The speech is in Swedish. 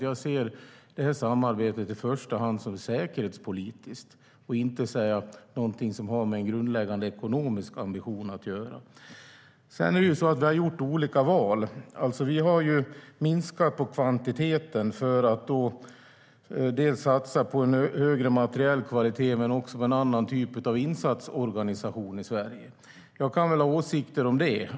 Jag ser samarbetet i första hand som säkerhetspolitiskt och inte som något som har med en grundläggande ekonomisk ambition att göra. Vi har gjort olika val. Vi har minskat på kvantiteten för att satsa dels på en högre materiell kvalitet, dels på en annan typ av insatsorganisation i Sverige. Jag kan väl ha åsikter om det.